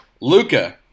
Luca